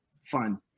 fun